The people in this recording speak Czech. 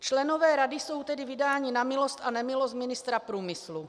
Členové rady jsou tedy vydáni na milost a nemilost ministra průmyslu.